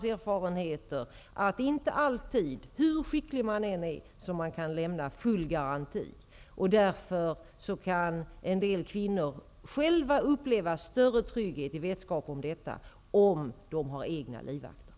Vi vet av egna och av andras erfarenheter att det inte alltid är som man kan lämna full garanti, hur skicklig man än är. I vetskap om detta kan en del kvinnor uppleva större trygghet om de har egna livvakter.